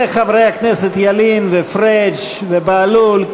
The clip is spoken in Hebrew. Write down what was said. וחברי הכנסת ילין ופריג' ובהלול,